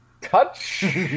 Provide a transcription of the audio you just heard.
touch